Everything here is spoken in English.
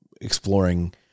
exploring